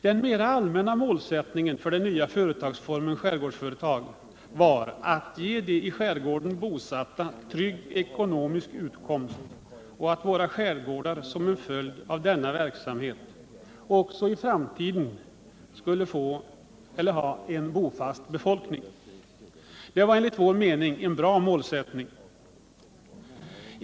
Det mera allmänna målet för den nya företagsformen skärgårdsföretag var att ge de i skärgården bosatta en trygg utkomst och att våra skärgårdar som en följd härav skulle kunna ha en bofast befolkning även i framtiden. Det var enligt vår mening ett bra mål.